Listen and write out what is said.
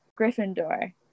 Gryffindor